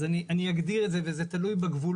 אני אגדיר את זה וזה תלוי בגבולות.